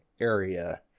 area